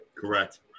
Correct